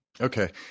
okay